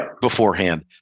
beforehand